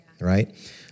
right